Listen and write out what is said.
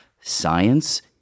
science